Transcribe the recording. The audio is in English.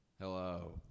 Hello